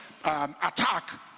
attack